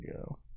go